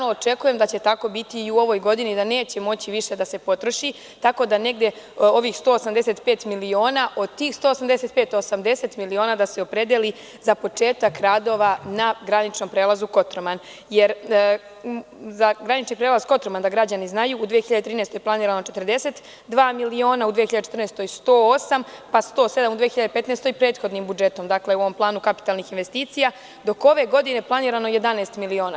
Očekujem da će tako biti i u ovoj godini, da neće moći više da se potroši, tako da 185.000.000 i od tih, 80.000.000 da se opredeli za početak radova na graničnom prelazu Kotroman, jer za granični prelaz Kotroman, da građani znaju, u 2013. godini je planirano 42 miliona, a u 2014. godini 108, pa 107 u 2015. godini, prethodnim budžetom, u ovom planu kapitalnih investicija, dok je ove godine planirano 11 miliona.